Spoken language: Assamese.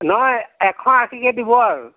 নহয় এশ আশীকৈ দিব আৰু